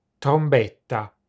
Trombetta